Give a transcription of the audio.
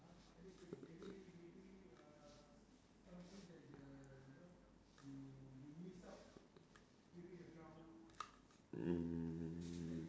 mm